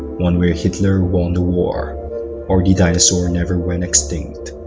one where hitler won the war or the dinosaurs never went extinct.